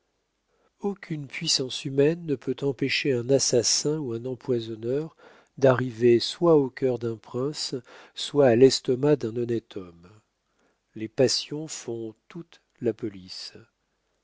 aucune puissance humaine ne peut empêcher un assassin ou un empoisonneur d'arriver soit au cœur d'un prince soit à l'estomac d'un honnête homme les passions font toute la police